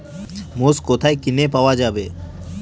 মোষ কোথায় কিনে পাওয়া যাবে?